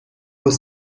was